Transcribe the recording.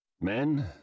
Men